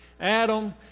Adam